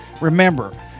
remember